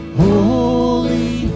holy